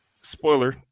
spoiler